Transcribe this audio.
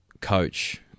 coach